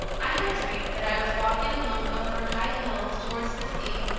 i had dreamed that i was walking alone over high hills towards the sea,